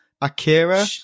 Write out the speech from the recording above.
akira